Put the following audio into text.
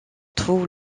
trouve